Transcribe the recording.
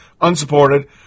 unsupported